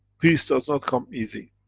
peace does not come easy.